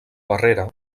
barrera